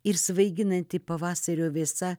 ir svaiginanti pavasario vėsa